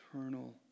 Eternal